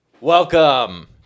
Welcome